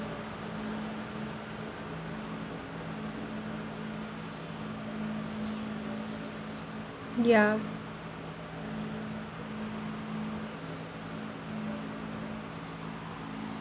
ya